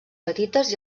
petites